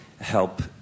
help